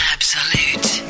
Absolute